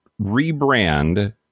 rebrand